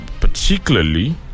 Particularly